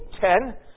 Ten